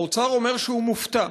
האוצר אומר שהוא מופתע,